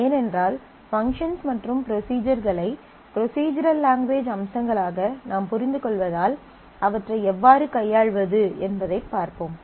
ஏனென்றால் பங்க்ஷன்ஸ் மற்றும் ப்ரொஸிஜர்ஸ்களை ப்ரொஸிஜரல் லாங்குவேஜ் அம்சங்களாக நாம் புரிந்துகொள்வதால் அவற்றை எவ்வாறு கையாள்வது என்பதைப் பார்ப்போம்